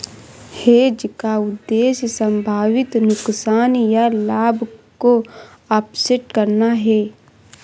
hedge का उद्देश्य संभावित नुकसान या लाभ को ऑफसेट करना है